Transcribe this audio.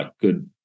good